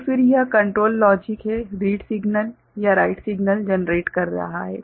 तो फिर यह कंट्रोल लॉजिक रीड सिग्नल या राइट सिग्नल जनरेट कर रहा है